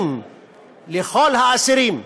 אכזריים לכל האסירים,